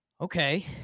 Okay